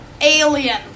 alien